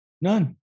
None